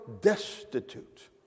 destitute